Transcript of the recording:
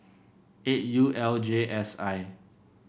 eight U L J S I